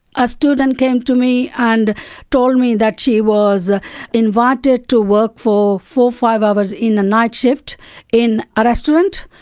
a student came to me and told me that she was ah invited to work for four or five hours in the night shift in a restaurant.